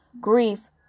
grief